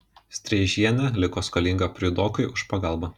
streižienė liko skolinga priudokui už pagalbą